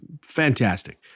Fantastic